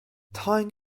tying